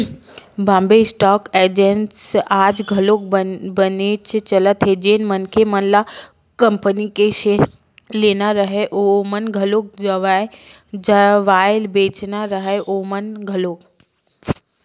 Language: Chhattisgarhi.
बॉम्बे स्टॉक एक्सचेंज आज घलोक बनेच चलत हे जेन मनखे मन ल कंपनी के सेयर लेना राहय ओमन घलोक जावय बेंचना राहय ओमन घलोक